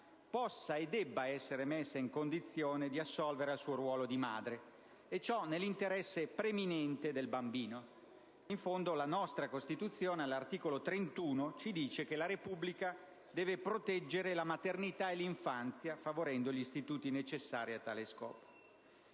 possa e debba essere messa in condizione di assolvere al proprio ruolo di madre, e ciò nell'interesse preminente del bambino. In fondo, la nostra Costituzione, all'articolo 31, ci dice: «La Repubblica protegge la maternità, l'infanzia e la gioventù, favorendo gli istituti necessari a tale scopo».